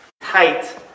Tight